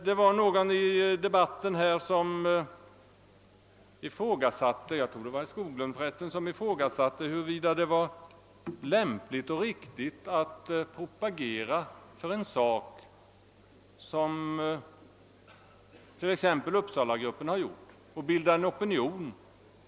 Det var någon i debatten här — jag tror för resten det var herr Skoglund — som ifrågasatte, huruvida det var lämpligt och riktigt att — såsom uppsalagruppen har gjort — propagera för en opinion.